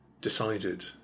decided